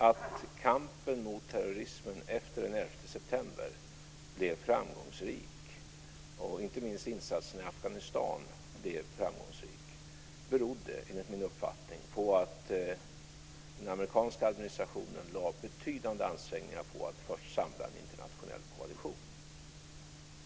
Att kampen mot terrorismen efter den 11 september och inte minst insatserna i Afghanistan blev framgångsrika berodde, enligt min uppfattning, på att den amerikanska administrationen lade ned betydande ansträngningar på att samla en internationell koalition.